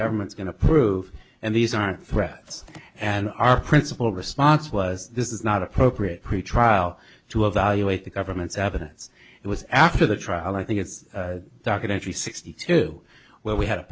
government's going to prove and these are threats and our principal response was this is not appropriate pretty trial to evaluate the government's evidence it was after the trial i think it's documentary sixty two where we had a